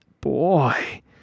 Boy